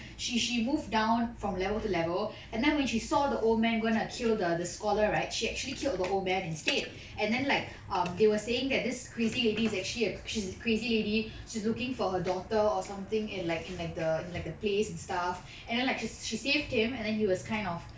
she she moved down from level to level and then when she saw the old man going to kill the scholar right she actually killed the old man instead and then like um they were saying that this crazy lady is actually she's a crazy lady already she's looking for her daughter or something in like in like the like the place and stuff and then like she she saved him and then he was kind of